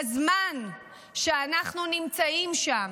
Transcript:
בזמן שאנחנו נמצאים שם,